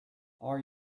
are